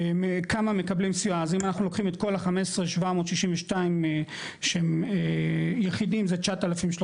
כמה מקבלים סיוע אז אם אנחנו לוקחים את כל ה-15,762 שהם יחידים זה 9,320